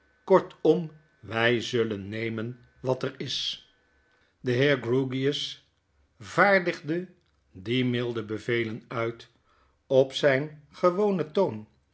kortom wij zullen nemen wat er is de heer grewgious vaardigde die mildebevelen uit op zijn gewonen toon